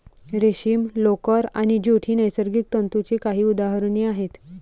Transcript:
रेशीम, लोकर आणि ज्यूट ही नैसर्गिक तंतूंची काही उदाहरणे आहेत